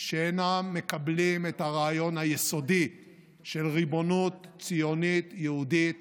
שאינם מקבלים את הרעיון היסודי של ריבונות ציונית-יהודית